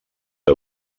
que